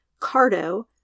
Cardo